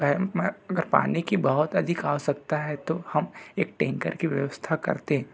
अगर पानी की बहुत अधिक आवश्यकता है तो हम एक टैंकर की व्यवस्था करते हैं